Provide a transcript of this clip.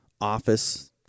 office